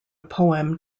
poem